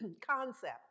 concept